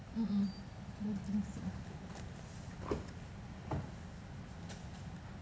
mm don't think so